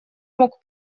мог